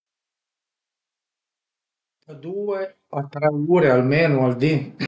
Da due a tre ure almenu al dì